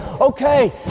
okay